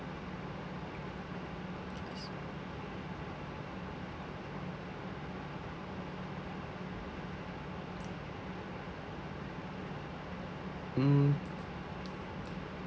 mm